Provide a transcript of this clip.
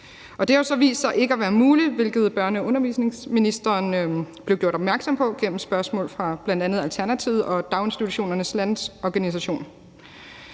Det har jo så vist sig ikke at være muligt, hvilket børne- og undervisningsministeren blev gjort opmærksom på gennem spørgsmål fra bl.a. Alternativet og Daginstitutionernes Lands-Organisation.